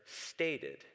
stated